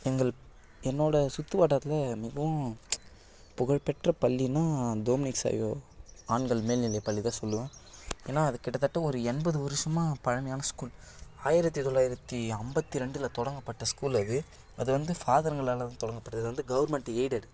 எங்கள் என்னோட சுற்று வட்டாரத்தில் மிகவும் புகழ்பெற்ற பள்ளின்னா டோமினிக் சாவியோ ஆண்கள் மேல்நிலை பள்ளி தான் சொல்வேன் ஏன்னா அது கிட்டத்தட்ட ஒரு எண்பது வருஷம் பழமையான ஸ்கூல் ஆயிரத்தி தொள்ளாயிரத்தி ஐம்பத்தி ரெண்டில் தொடங்கப்பட்ட ஸ்கூல் அது அது வந்து ஃபாதர்ங்களால் தொடங்கப்பட்டது வந்து கவுர்மெண்ட் எய்டட்